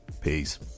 Peace